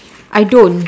I don't